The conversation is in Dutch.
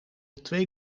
twee